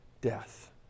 death